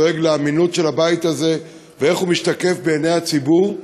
אתה דואג לאמינות של הבית הזה ואיך הוא משתקף בעיני הציבור.